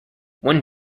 one